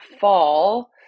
fall